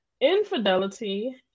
infidelity